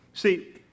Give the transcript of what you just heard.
See